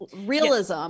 realism